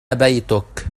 بيتك